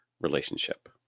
relationship